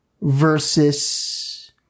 versus